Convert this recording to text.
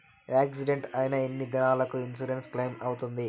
Accident అయిన ఎన్ని దినాలకు ఇన్సూరెన్సు క్లెయిమ్ అవుతుంది?